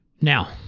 Now